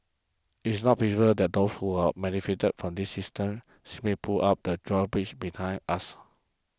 it's not that those who've benefited from this system simply pull up the drawbridge behind us